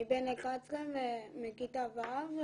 אני בן 11, בכיתה ו'.